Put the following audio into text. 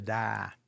die